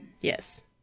Yes